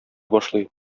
башлый